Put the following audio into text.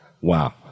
Wow